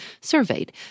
surveyed